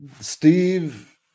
Steve